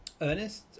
Ernest